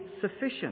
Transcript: sufficient